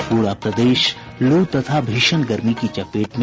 और पूरा प्रदेश लू तथा भीषण गर्मी की चपेट में